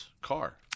car